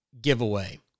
giveaway